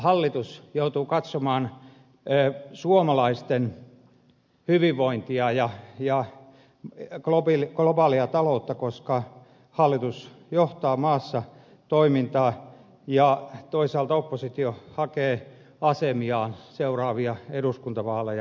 hallitus joutuu katsomaan suomalaisten hyvinvointia ja globaalia taloutta koska hallitus johtaa maassa toimintaa ja toisaalta oppositio hakee asemiaan seuraavia eduskuntavaaleja varten